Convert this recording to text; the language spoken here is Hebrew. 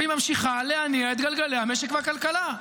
והיא ממשיכה להניע את גלגלי המשק והכלכלה,